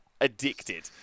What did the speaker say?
Addicted